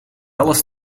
alles